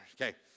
Okay